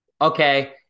Okay